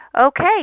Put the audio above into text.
Okay